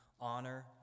honor